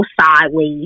sideways